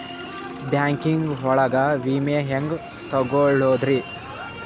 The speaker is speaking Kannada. ಬ್ಯಾಂಕಿಂಗ್ ಒಳಗ ವಿಮೆ ಹೆಂಗ್ ತೊಗೊಳೋದ್ರಿ?